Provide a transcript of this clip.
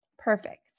Perfect